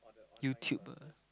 YouTube ah